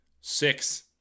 Six